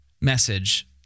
message